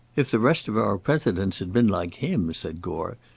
if the rest of our presidents had been like him, said gore,